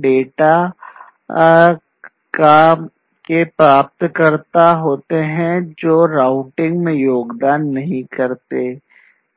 data के प्राप्तकर्ता जो राउटिंग में योगदान नहीं करते हैं